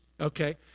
okay